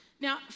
Now